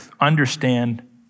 understand